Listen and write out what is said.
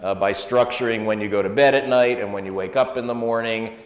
ah by structuring when you go to bed at night and when you wake up in the morning,